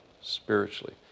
spiritually